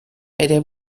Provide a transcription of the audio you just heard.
bere